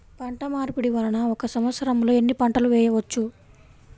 పంటమార్పిడి వలన ఒక్క సంవత్సరంలో ఎన్ని పంటలు వేయవచ్చు?